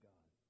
God